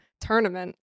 tournament